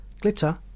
Glitter